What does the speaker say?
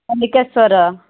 Mallikeswar